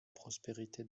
prospérité